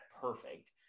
perfect